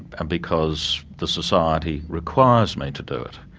and because the society requires me to do it.